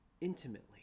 intimately